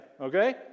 Okay